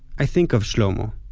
i think of shlomo.